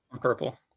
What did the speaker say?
Purple